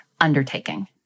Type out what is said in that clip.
undertaking